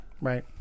Right